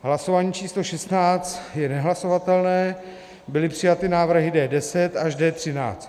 Hlasování číslo šestnáct je nehlasovatelné, byly přijaty návrhy D10 až D13.